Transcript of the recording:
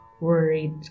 worried